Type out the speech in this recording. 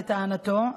לטענתו,